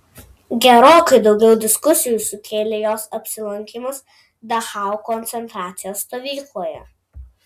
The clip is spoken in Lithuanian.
gerokai daugiau diskusijų sukėlė jos apsilankymas dachau koncentracijos stovykloje